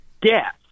gas